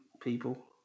people